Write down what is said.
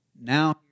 now